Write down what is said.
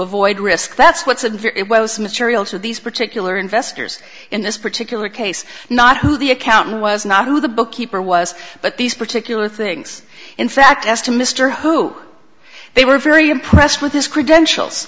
avoid risk that's what's unfair it was material to these particular investors in this particular case not who the accountant was not who the bookkeeper was but these particular things in fact as to mr hu they were very impressed with his credentials